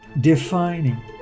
defining